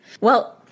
Well-